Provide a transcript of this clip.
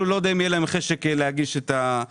לא יודע אם יהיה להם חשק להגיש את הבקשה.